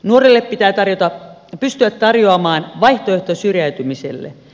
nuorelle pitää pystyä tarjoamaan vaihtoehto syrjäytymiselle